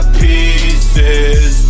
pieces